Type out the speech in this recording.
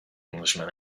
englishman